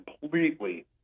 completely